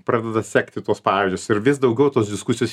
pradeda sekti tuos pavyzdžius ir vis daugiau tos diskusijos